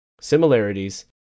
Similarities